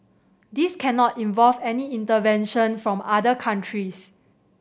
this cannot involve any intervention from other countries